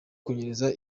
kunyereza